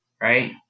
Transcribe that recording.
right